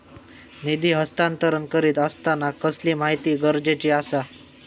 निधी हस्तांतरण करीत आसताना कसली माहिती गरजेची आसा?